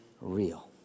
real